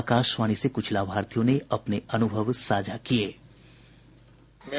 आकाशवाणी से कुछ लाभार्थियों ने अपने अनुभव साझा किये